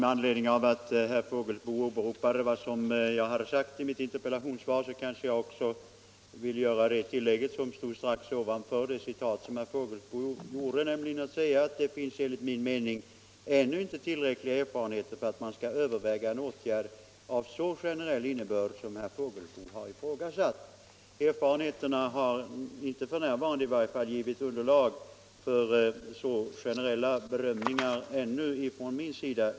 Med anledning av att herr Fågelsbo åberopade vad jag sagt i mitt interpellationssvar vill jag göra ett tillägg och upprepa vad jag sade omedelbart före den mening som herr Fågelsbo citerade: ”Det finns därför enligt min mening ännu inte tillräckliga erfarenheter för att man skall överväga en åtgärd av så generell innebörd som herr Fågelsbo har ifrågasatt.” — Erfarenheterna hittills har i varje fall inte givit underlag för så generella bedömningar från min sida.